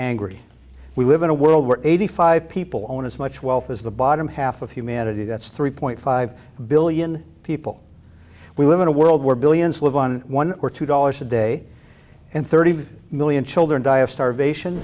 angry we live in a world where eighty five people own as much wealth as the bottom half of humanity that's three point five billion people we live in a world where billions live on one or two dollars a day and thirty million children die of starvation